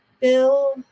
Bill